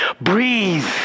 Breathe